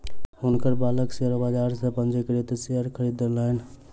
हुनकर बालक शेयर बाजार सॅ पंजीकृत शेयर खरीदलैन